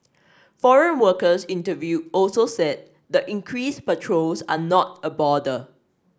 foreign workers interviewed also said the increased patrols are not a bother